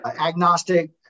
agnostic